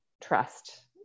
trust